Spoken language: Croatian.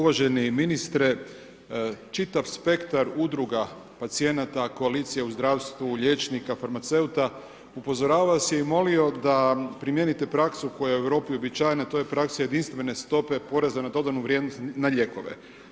Uvaženi ministre, čitav spektar udruga pacijenata, koalicija u zdravstvu, liječnika, farmaceuta upozoravali su i molio da primijenite praksu koja je u Europi uobičajena, to je praksa jedinstvene stope poreza na dodanu vrijednost na lijekove.